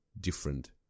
different